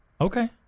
Okay